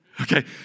Okay